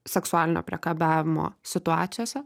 seksualinio priekabiavimo situacijose